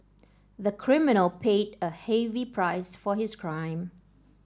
the criminal paid a heavy price for his crime